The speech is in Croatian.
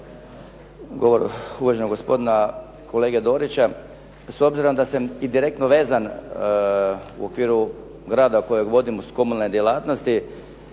govor uvaženog gospodina kolege Dorića. S obzirom da sam i direktno vezan u okviru grada kojeg vodim uz komunalne djelatnosti